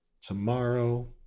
tomorrow